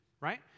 right